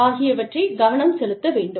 ஆகியவற்றில் கவனம் செலுத்த வேண்டும்